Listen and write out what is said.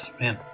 man